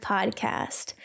Podcast